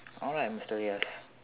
all right mister yes